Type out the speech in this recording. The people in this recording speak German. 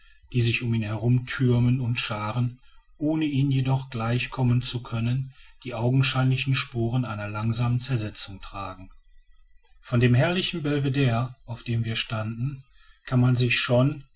die sich um ihn herum thürmen und schaaren ohne ihm jedoch gleichkommen zu können die augenscheinlichen spuren einer langsamen zersetzung tragen von dem herrlichen belvedere auf dem wir standen kann man sich schon